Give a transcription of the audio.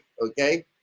okay